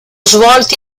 svolti